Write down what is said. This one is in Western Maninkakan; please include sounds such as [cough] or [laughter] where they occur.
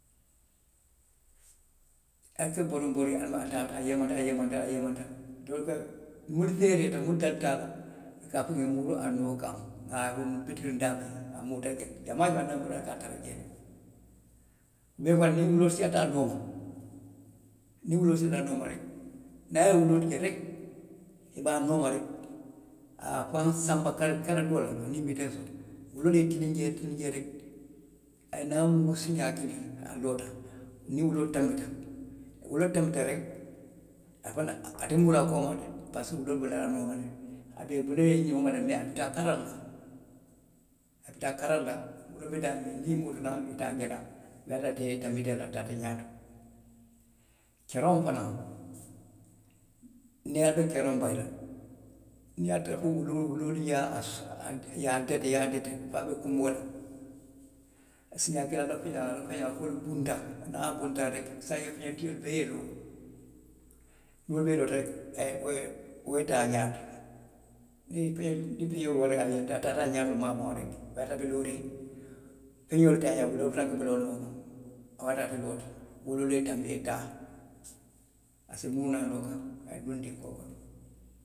Ali boriŋ boriŋ a taata. a a yeemanta a yeemanta a yeemanta doolu ka [unintelligible] puru ka a fo, ka a fo n ŋa muruu a noo kaŋ, n ŋ a a be bitiriŋ daamiŋ a muruuta jee, jamaa jamaa niŋ ali muruuta jee, [unintelligible] niŋ wuloolu siyaata a nooma, niŋ wuloolu siyaata a nooma rek, niŋ a ye wuloolu je rek a be a nooma rek a ye a faŋ sanba kara doo la, aniŋ witeesoo wuloolu ye tiliŋ jee, i ye tiliŋ jee rek i ye tiliŋ jee rek, a ye naa muruu jee siiñaa kiliŋ a loota, niŋ wuloolu tanbita, wuloolu tanbita rek a fanaŋ a te muruu la a kooma de pasiko wuloolu be bula la a nooma le a be bula i nooma le mee a bi taa kara la, a bi taa kara la wuloolu be daamiŋ niŋ i muruuta naŋ i te a je la wo ye a tara a tanbita i la, a taata ñaato. Kereŋo fanaŋ, niŋ i lafita kereŋo bayi la, i niŋ ye tara fo wuloolu, wuloolu ye a su i ye a dete a ye a dete fo a be kunboo la siiñaa kiliŋ [unintelligible] a ye a loŋ [unintelligible] a ye a feñoo buntaŋ, niŋ a ye a buntaŋ rek i se a je a feñetio bee ye loo, niŋ wolu bee loota rek, a ye wo ye taa ñaato [unintelligible] a taata a ñaato maafaŋo la rek wo ye a tara a be looriŋ [unintelligible] wo ye a tara ate loota wuloolu ye tanbi a ye taa, a se muruu naŋ a kaŋ, a ye duŋ dinkoo kono.